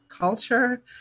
culture